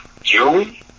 June